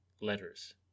Letters